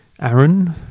Aaron